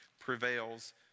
prevails